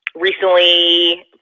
recently